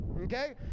okay